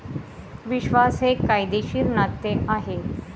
विश्वास हे कायदेशीर नाते आहे